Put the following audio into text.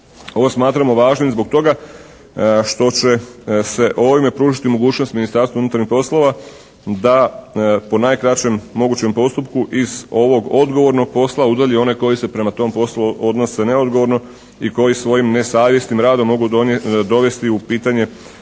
Ovo smatramo važnim zbog toga što će se ovim pružiti mogućnost Ministarstvu unutarnjih poslova da po najkraćem mogućem postupku iz ovog odgovornog posla udalji one koji se prema tom poslu odnose neodgovorno i koji svojim nesavjesnim radom mogu dovesti u pitanje